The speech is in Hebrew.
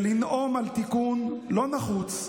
ולנאום על תיקון לא נחוץ,